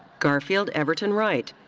garfield everton wright.